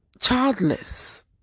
childless